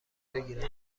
بگیرم